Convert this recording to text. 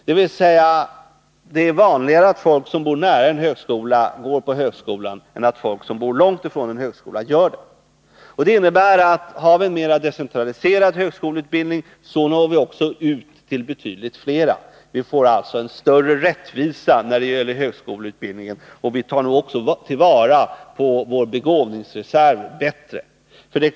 Det är med andra ord vanligare att folk som bor nära en högskola studerar vid högskolan än att folk som bor långt från en högskola gör det. Har vi en mera decentraliserad högskoleutbildning, når vi alltså ut till betydligt fler. Vi får därmed en större rättvisa när det gäller högskoleutbildningen och tar bättre till vara vår begåvningsreserv.